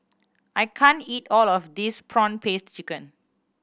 I can't eat all of this prawn paste chicken